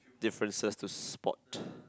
differences to spot